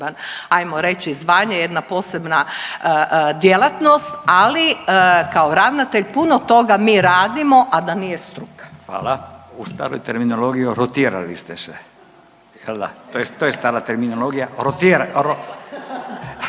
hajmo reći zvanje, jedna posebna djelatnost, ali kao ravnatelj puno toga mi radimo a da nije struka. **Radin, Furio (Nezavisni)** Hvala. U staroj terminologiji rotirali ste se jel' da, to je stara terminologija. Ne